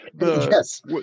Yes